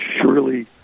surely